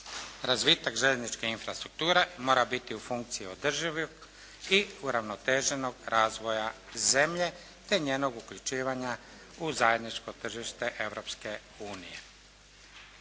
Razvitak željezničke infrastrukture mora biti u funkciji održivog i uravnoteženog razvoja zemlje te njenog uključivanja u zajedničko tržište